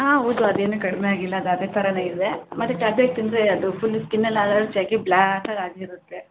ಹಾಂ ಹೌದು ಅದೇನು ಕಡಿಮೆಯಾಗಿಲ್ಲ ಅದು ಅದೇ ಥರಾನೇ ಇದೆ ಮತ್ತೆ ಟ್ಯಾಬ್ಲೆಟ್ ತಿಂದರೆ ಅದು ಫುಲ್ಲು ಸ್ಕಿನ್ ಎಲ್ಲ ಅಲರ್ಜಿಯಾಗಿ ಬ್ಲಾಕಾಗಿ ಆಗಿರುತ್ತೆ